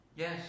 Yes